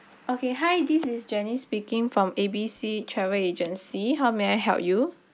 okay hi this is janice speaking from A B C travel agency how may I help you